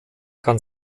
kann